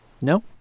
No